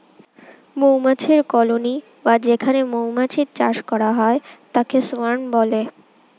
মৌমাছির কলোনি বা যেখানে মৌমাছির চাষ করা হয় তাকে সোয়ার্ম বলে